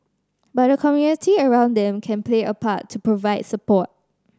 but the community around them can play a part to provide support